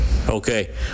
Okay